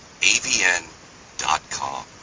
avn.com